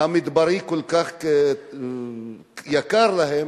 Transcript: המדברי כל כך יקר להם.